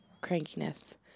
crankiness